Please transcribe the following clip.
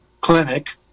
Clinic